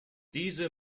diese